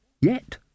yet